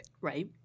right